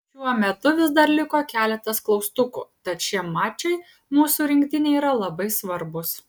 šiuo metu vis dar liko keletas klaustukų tad šie mačai mūsų rinktinei yra labai svarbūs